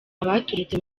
abaturutse